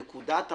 בוקר טוב לכולם,